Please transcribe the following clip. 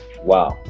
wow